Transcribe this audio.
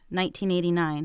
1989